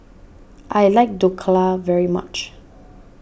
I like Dhokla very much